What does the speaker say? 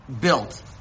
built